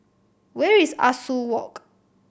where is Ah Soo Walk